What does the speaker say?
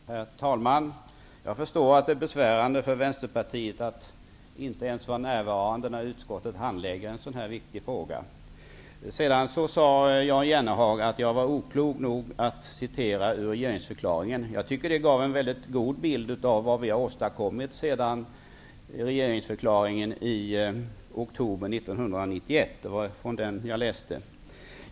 Herr talman! Jag förstår att det är besvärande för Vänsterpartiet att inte ens vara närvarande när utskottet handlägger en så viktig fråga. Jan Jennehag sade att jag var oklok nog att citera ur regeringsförklaringen. Jag tycker att det gav en mycket god bild av vad vi har åstadkommit sedan regeringsförklaringen i oktober 1991. Det var ur den jag läste.